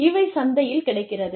இவை சந்தையில் கிடைக்கிறது